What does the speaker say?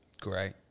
Great